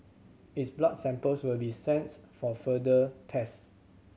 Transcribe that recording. its blood samples will be sent for further tests